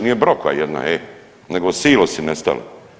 Nije brokva jedna e, nego silosi nestali.